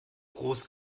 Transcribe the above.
groß